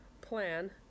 plan